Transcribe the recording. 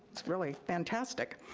it's really fantastic.